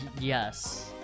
yes